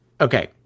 Okay